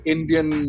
Indian